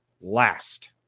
last